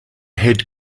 head